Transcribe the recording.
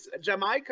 Jamaica